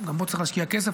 גם בו צריך להשקיע כסף,